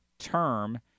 term